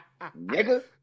Nigga